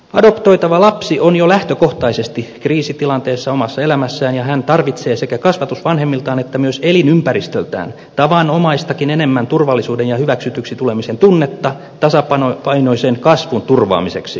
adoptoitava lapsi on jo lähtökohtaisesti kriisitilanteessa omassa elämässään ja hän tarvitsee sekä kasvatusvanhemmiltaan että myös elinympäristöltään tavanomaistakin enemmän turvallisuuden ja hyväksytyksi tulemisen tunnetta tasapainoisen kasvun turvaamiseksi